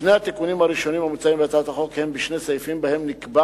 שני התיקונים הראשונים המוצעים בהצעת החוק הם בשני סעיפים שבהם נקבע